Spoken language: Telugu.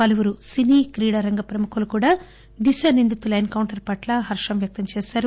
పలువురు సినీ క్రీడా రంగ ప్రముఖులు కూడా దిశ నిందితుల ఎన్ కౌంటర్ పట్ల హర్షం వ్యక్తం చేశారు